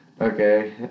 Okay